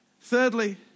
Thirdly